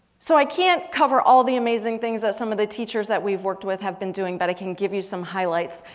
so i can't cover all the amazing things that some of the teachers that we've worked with have been doing. but i can give you some highlights.